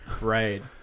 Right